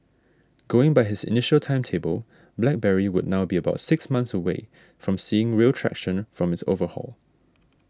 going by his initial timetable BlackBerry would now be about six months away from seeing real traction from its overhaul